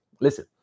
Listen